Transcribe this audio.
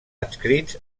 adscrits